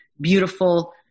beautiful